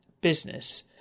business